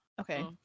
Okay